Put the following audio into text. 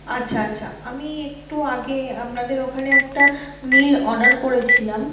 আচ্ছা আচ্ছা আমি একটু আগে আপনাদের ওখানে একটা মিল অর্ডার করেছিলাম